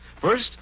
First